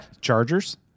Chargers